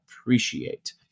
appreciate